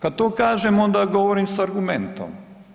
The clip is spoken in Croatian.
Kad to kažem onda govorim s argumentom.